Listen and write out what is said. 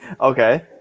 Okay